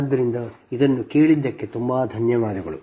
ಆದ್ದರಿಂದ ಇದನ್ನು ಕೇಳಿದ್ದಕ್ಕೆ ತುಂಬಾ ಧನ್ಯವಾದಗಳು